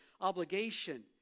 obligation